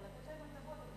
ולתת להם הטבות.